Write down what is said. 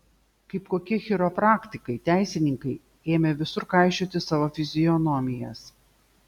kaip kokie chiropraktikai teisininkai ėmė visur kaišioti savo fizionomijas